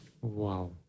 Wow